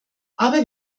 aber